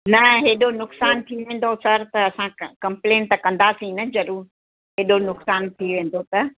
न हेॾो नुक़सानु थी वेंदो सर त असां कमप्लेन त कंदासीं न ज़रूरु हेॾो नुक़सानु थी वेंदो त